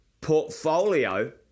portfolio